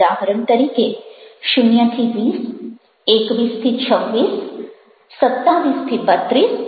ઉદાહરણ તરીકે 0 20 21 26 27 32 33 42